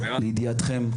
לידיעתכם,